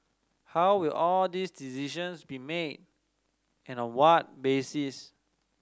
how will all these decisions be made and on what basis